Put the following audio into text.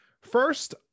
first